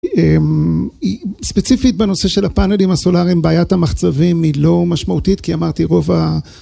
ספציפית בנושא של הפאנלים הסולאריים, בעיית המחצבים היא לא משמעותית כי אמרתי רוב ה...